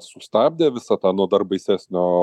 sustabdė visą tą nu dar baisesnio